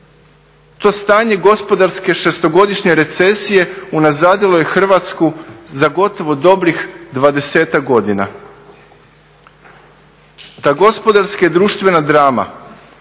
To stanje gospodarske šestogodišnje recesije unazadilo je Hrvatsku za gotovo dobrih dvadesetak godina. Ta gospodarska i društvena drama